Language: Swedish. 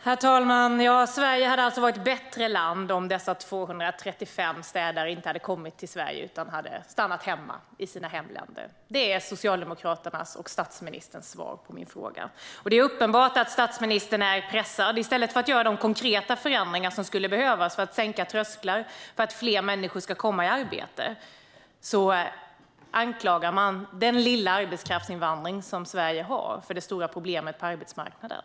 Herr talman! Sverige hade alltså varit ett bättre land om dessa 235 städare inte hade kommit till Sverige utan hade stannat hemma i sina hemländer. Det är Socialdemokraternas och statsministerns svar på min fråga. Det är uppenbart att statsministern är pressad. I stället för att göra de konkreta förändringar som skulle behövas för att sänka trösklar så att fler människor ska komma i arbete anklagar han den lilla arbetskraftsinvandring som Sverige har för det stora problemet på arbetsmarknaden.